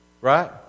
right